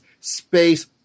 space